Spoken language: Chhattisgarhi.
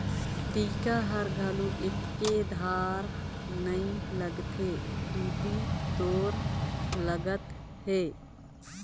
टीका हर घलो एके धार नइ लगथे दुदि तोर लगत हे